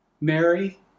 Mary